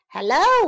Hello